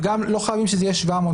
וגם לא חייבים שזה יהיה 700,